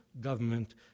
government